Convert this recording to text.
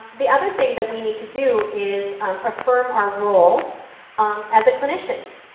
the other thing that we need to do is affirm our role as a clinician.